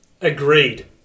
Agreed